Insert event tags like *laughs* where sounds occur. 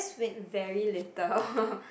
very little *laughs*